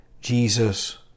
Jesus